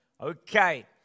Okay